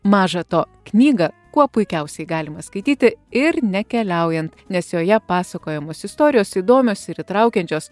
maža to knygą kuo puikiausiai galima skaityti ir nekeliaujant nes joje pasakojamos istorijos įdomios ir įtraukiančios